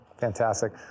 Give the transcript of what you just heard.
Fantastic